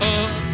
up